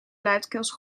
luidkeels